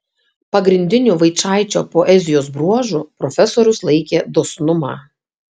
pagrindiniu vaičaičio poezijos bruožu profesorius laikė dosnumą